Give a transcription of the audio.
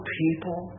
people